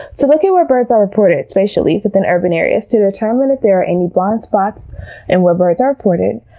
to look at where birds are reported spatially within urban areas to determine if there are any blind spots in where birds are reported,